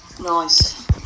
Nice